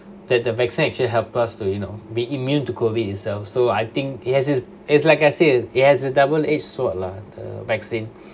that the vaccination actually helps us to you know be immune to COVID itself so I think it has it's like I say it has a double-edged sword lah uh vaccine